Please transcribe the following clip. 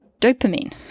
dopamine